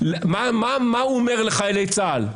מה הוא אומר לחיילי צה"ל,